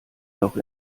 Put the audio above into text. noch